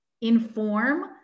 inform